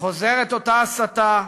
חוזרת אותה הסתה,